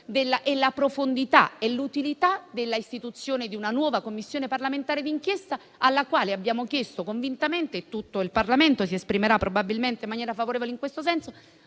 la profondità e l'utilità della istituzione di una nuova Commissione parlamentare d'inchiesta alla quale abbiamo chiesto convintamente - tutto il Parlamento si esprimerà probabilmente in maniera favorevole in questo senso